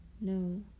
no